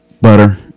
Butter